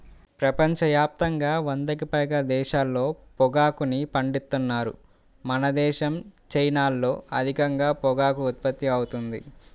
ప్రపంచ యాప్తంగా వందకి పైగా దేశాల్లో పొగాకుని పండిత్తన్నారు మనదేశం, చైనాల్లో అధికంగా పొగాకు ఉత్పత్తి అవుతుంది